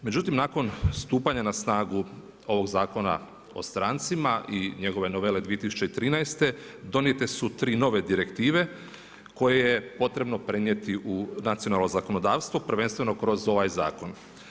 Međutim naklon stupanja na snagu ovog Zakona o strancima i njegove novele 2013. donijete su tri nove direktive koje je potrebno prenijeti u nacionalno zakonodavstvo, prvenstveno kroz ovaj zakon.